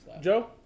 joe